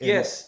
Yes